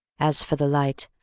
as for the light,